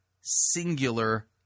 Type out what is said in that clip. singular